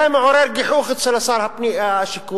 זה מעורר גיחוך אצל שר השיכון,